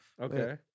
Okay